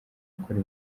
gukora